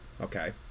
okay